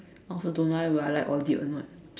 I also don't know eh will I like audit or not